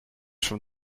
from